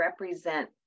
represent